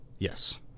Yes